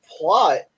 plot